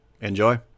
Enjoy